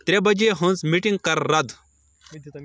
ترٛےٚ بجے ہٕنز مِٹِنگ کر رد